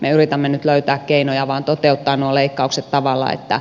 me yritämme nyt vain löytää keinoja toteuttaa nuo leikkaukset tavalla että